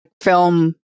film